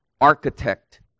architect